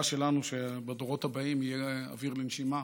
שלנו שבדורות הבאים יהיה אוויר לנשימה,